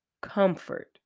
comfort